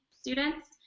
students